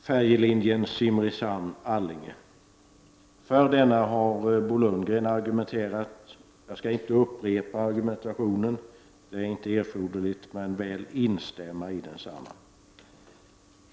färjelinjen Simrishamn —Allinge. För en omklassificering av denna har Bo Lundgren argumenterat. Jag skall inte upprepa argumentationen, det är inte erforderligt, men väl instämma i densamma.